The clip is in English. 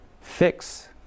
fix